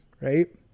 right